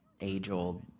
age-old